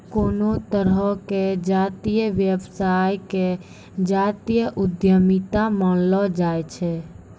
कोनो तरहो के जातीय व्यवसाय के जातीय उद्यमिता मानलो जाय छै